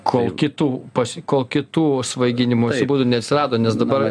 kol kitų pas kol kitų svaiginimosi būdų neatsirado nes dabar